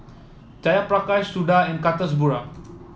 Jayaprakash Suda and Kasturba